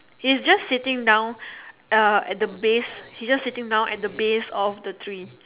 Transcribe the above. is just sitting down uh at the base he's just sitting down at the base of the trees